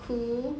cool